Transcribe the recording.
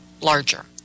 larger